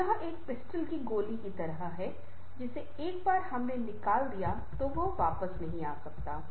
यह एक पिस्टल की गोली की तरह है जिसे एक बार हमने निकाल दिया है यह वापस नहीं आ सकता है